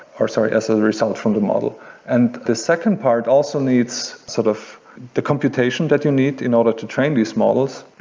or sorry, as so a result from the model and the second part also needs sort of the computation that you need in order to train these models,